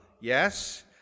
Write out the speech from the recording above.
yes